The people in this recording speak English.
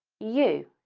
you